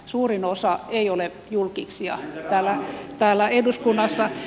suurin osa ei ole julkkiksia täällä eduskunnassa